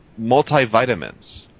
multivitamins